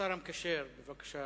השר המקשר, בבקשה.